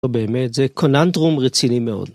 אבל באמת זה קוננדרום רציני מאוד.